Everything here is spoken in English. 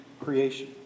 creation